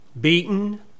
beaten